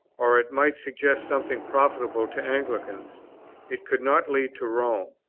or it might suggest something profitable to anglicans it could not lead to rome.